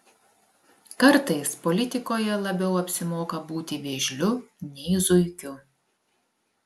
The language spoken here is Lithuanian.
kartais politikoje labiau apsimoka būti vėžliu nei zuikiu